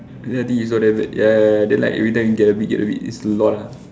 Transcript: I think you saw that right ya ya ya then like everything you get a bit get a bit then it's a lot ah